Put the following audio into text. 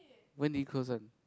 when did it close one